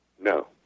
No